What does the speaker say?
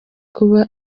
kuba